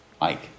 Mike